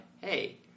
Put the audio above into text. Hey